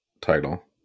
title